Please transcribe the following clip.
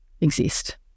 exist